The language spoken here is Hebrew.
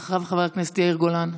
אחריו, חבר הכנסת יאיר גולן.